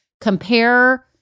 compare